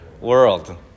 world